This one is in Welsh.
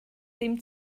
ddim